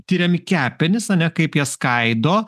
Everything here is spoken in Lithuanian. tiriami kepenys ane kaip jie skaido